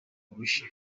urushyi